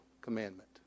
commandment